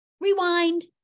rewind